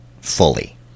fully